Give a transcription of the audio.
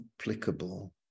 applicable